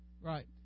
Right